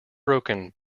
broken